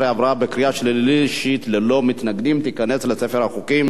2012, נתקבל.